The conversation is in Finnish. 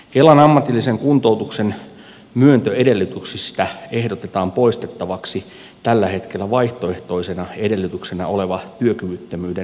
kelan ammatillisen kuntoutuksen myöntöedellytyksistä ehdotetaan poistettavaksi tällä hetkellä vaihtoehtoisena edellytyksenä oleva työkyvyttömyyden uhka